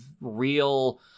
real